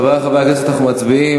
חברי חברי הכנסת, אנחנו מצביעים.